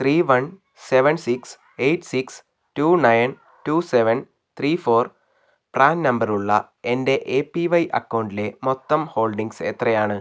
three one seven six eight six two nine two seven three four PRAN number ഉള്ള എൻ്റെ A P Y അക്കൗണ്ടിലെ മൊത്തം holdings എത്രയാണ്